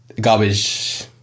garbage